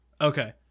okay